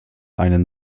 einen